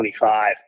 25